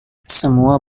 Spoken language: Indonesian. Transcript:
semua